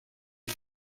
sus